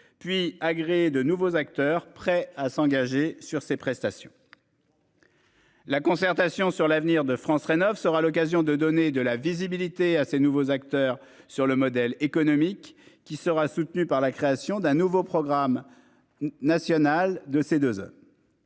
puis agréer de nouveaux acteurs prêts à s'engager sur ces prestations. La concertation sur l'avenir de France Rénov sera l'occasion de donner de la visibilité à ces nouveaux acteurs sur le modèle économique qui sera soutenue par la création d'un nouveau programme. National de ces deux. Notre